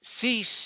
cease